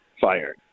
fired